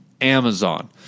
Amazon